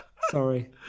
Sorry